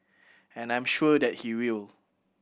and I'm sure that he will